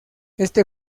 este